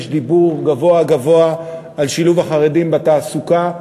יש דיבור גבוהה-גבוהה על שילוב החרדים בתעסוקה.